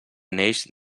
neix